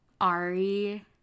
Ari